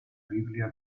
biblia